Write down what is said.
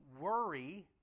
worry